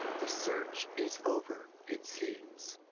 the search is over, it seems.